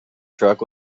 truck